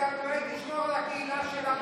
שלכם